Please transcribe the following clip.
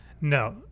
No